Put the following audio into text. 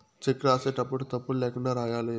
check రాసేటప్పుడు తప్పులు ల్యాకుండా రాయాలి